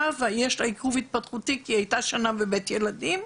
ויש לה עיכוב התפתחותי כי היא הייתה שנה בבית ילדים.